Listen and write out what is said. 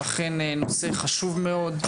אכן נושא חשוב מאוד.